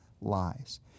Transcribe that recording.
lies